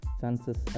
chances